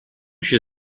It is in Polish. się